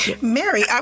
Mary